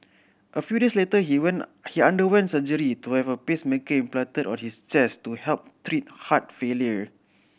a few days later he underwent surgery to have a pacemaker implanted in his chest to help treat heart failure